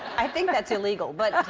i think that's illegal, but